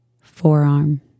forearm